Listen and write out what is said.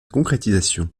concrétisation